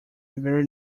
very